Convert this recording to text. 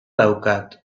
daukat